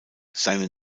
seine